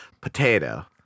potato